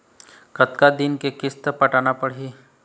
कतका दिन के किस्त पटाना पड़ही?